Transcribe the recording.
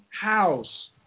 house